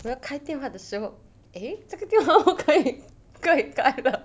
我要开电话的时候 eh 这个电话不可以不可以开的